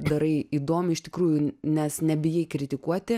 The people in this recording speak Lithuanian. darai įdomiai iš tikrųjų nes nebijai kritikuoti